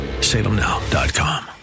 Salemnow.com